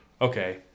okay